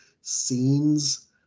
scenes